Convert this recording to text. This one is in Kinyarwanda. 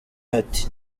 ati